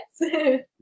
Yes